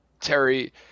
terry